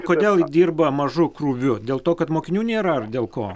kodėl dirba mažu krūviu dėl to kad mokinių nėra ar dėl ko